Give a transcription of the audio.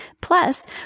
Plus